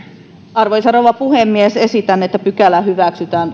arvoisa rouva puhemies esitän että pykälä hyväksytään